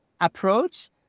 approach